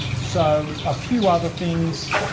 so, a few other things.